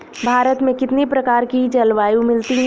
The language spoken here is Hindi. भारत में कितनी प्रकार की जलवायु मिलती है?